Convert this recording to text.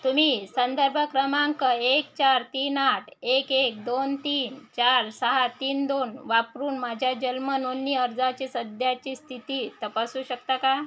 तुम्ही संदर्भ क्रमांक एक चार तीन आठ एक एक दोन तीन चार सहा तीन दोन वापरून माझ्या जन्म नोंदणी अर्जाची सध्याची स्थिती तपासू शकता का